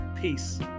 peace